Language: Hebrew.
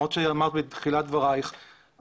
למרות שאמרת בתחילת דבריך,